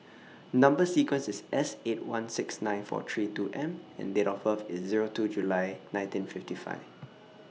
Number sequence IS S eight one six nine four three two M and Date of birth IS Zero two July nineteen fifty five